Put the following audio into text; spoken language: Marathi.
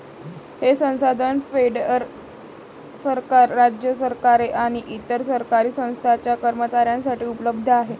हे संसाधन फेडरल सरकार, राज्य सरकारे आणि इतर सरकारी संस्थांच्या कर्मचाऱ्यांसाठी उपलब्ध आहे